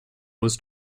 was